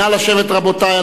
נא לשבת, רבותי.